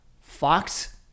Fox